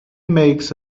makes